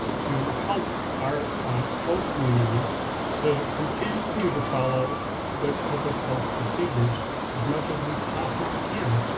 to help our whole community to continue to follow good public health procedures as much as we possibly can.